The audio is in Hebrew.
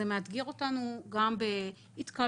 זה מאתגר אותנו גם בהתקהלויות,